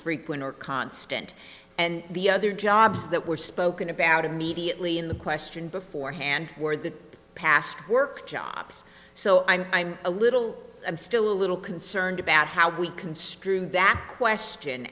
frequent or constant and the other jobs that were spoken about immediately in the question beforehand were the past work jobs so i'm i'm a little i'm still a little concerned about how we construe that question